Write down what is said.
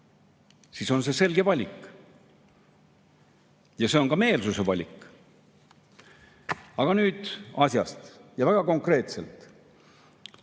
siis on see selge valik. Ja see on ka meelsuse valik. Aga nüüd asjast ja väga konkreetselt.